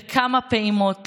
בכמה פעימות,